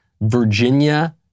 Virginia